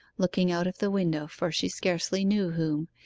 looking out of the window for she scarcely knew whom,